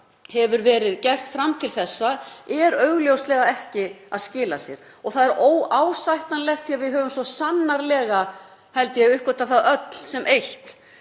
hefur verið gert fram til þessa er augljóslega ekki að skila sér. Það er óásættanlegt því að við höfum svo sannarlega, held ég, uppgötvað það öll sem eitt,